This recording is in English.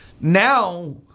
Now